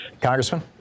Congressman